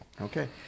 Okay